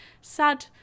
sad